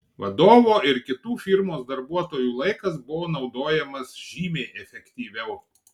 vadovo ir kitų firmos darbuotojų laikas buvo naudojamas žymiai efektyviau